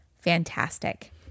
fantastic